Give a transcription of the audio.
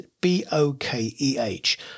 B-O-K-E-H